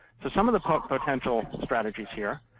so some of the potential strategies here